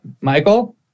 Michael